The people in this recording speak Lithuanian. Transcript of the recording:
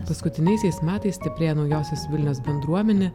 paskutiniaisiais metais stiprėja naujosios vilnios bendruomenė